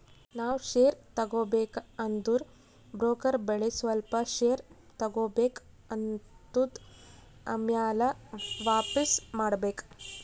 ನಾವ್ ಶೇರ್ ತಗೋಬೇಕ ಅಂದುರ್ ಬ್ರೋಕರ್ ಬಲ್ಲಿ ಸ್ವಲ್ಪ ಶೇರ್ ತಗೋಬೇಕ್ ಆತ್ತುದ್ ಆಮ್ಯಾಲ ವಾಪಿಸ್ ಮಾಡ್ಬೇಕ್